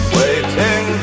waiting